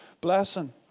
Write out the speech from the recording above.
blessing